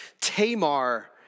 Tamar